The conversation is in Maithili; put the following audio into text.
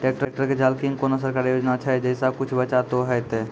ट्रैक्टर के झाल किंग कोनो सरकारी योजना छ जैसा कुछ बचा तो है ते?